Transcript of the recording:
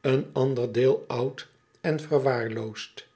een ander deel oud en verwaarloosd